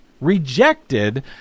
rejected